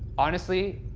honestly,